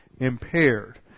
Impaired